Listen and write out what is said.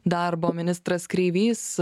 darbo ministras kreivys